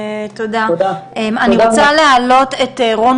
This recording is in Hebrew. הילה קניסטר בר-דוד, יו"ר מנהלת ליגת העל